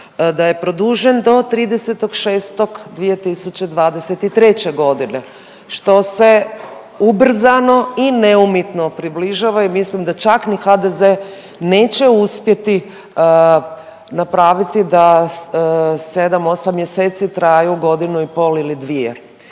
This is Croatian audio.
da je produžen do 30.6.2023. godine što se ubrzano i neumitno približava i mislim da čak ni HDZ neće uspjeti napraviti da 7-8 mjeseci traju godinu i pol ili dvije,